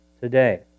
today